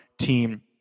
team